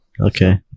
okay